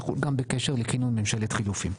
יחול גם בקשר לכינון ממשלת חילופים.